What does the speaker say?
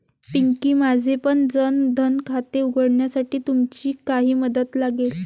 पिंकी, माझेपण जन धन खाते उघडण्यासाठी तुमची काही मदत लागेल